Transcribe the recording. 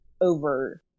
over